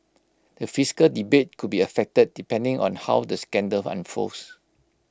the fiscal debate could be affected depending on how the scandal unfolds